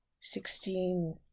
sixteen